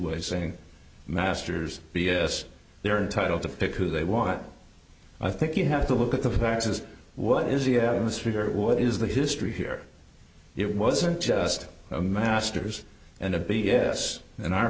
way saying masters b s they're entitled to pick who they want i think you have to look at the facts as what is the misread what is the history here it wasn't just a master's and a b s in our